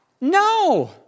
No